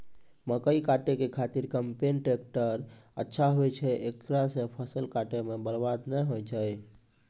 मकई काटै के खातिर कम्पेन टेकटर अच्छा होय छै ऐकरा से फसल काटै मे बरवाद नैय होय छै?